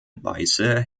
weiße